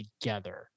together